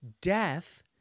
death